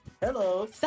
Hello